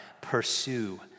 pursue